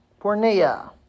Pornea